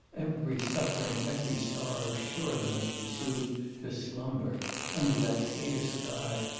every suffering, every sorrow surely must be soothed to slumber under that clear sky,